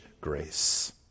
grace